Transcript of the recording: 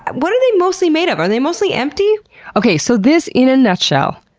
what are they mostly made of? are they mostly empty okay, so this, in a nutshell,